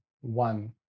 one